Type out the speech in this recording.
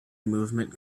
movement